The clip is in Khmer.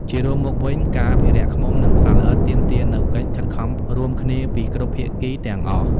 ជារួមមកវិញ ការអភិរក្សឃ្មុំ និងសត្វល្អិតទាមទារនូវកិច្ចខិតខំរួមគ្នាពីគ្រប់ភាគីទាំងអស់។